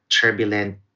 turbulent